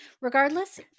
Regardless